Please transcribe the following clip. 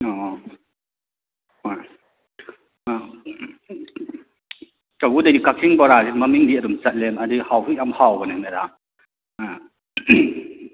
ꯑꯣ ꯑꯣ ꯍꯣꯏ ꯑꯥ ꯇꯧꯕꯕꯨꯗꯤ ꯍꯥꯏꯗꯤ ꯀꯥꯛꯆꯤꯡ ꯕꯣꯔꯥꯁꯤ ꯃꯃꯤꯡꯗꯤ ꯑꯗꯨꯝ ꯆꯠꯂꯦ ꯑꯗꯩ ꯍꯥꯎꯁꯨ ꯌꯥꯝ ꯍꯥꯎꯕꯅꯦ ꯃꯦꯗꯥꯝ ꯑꯥ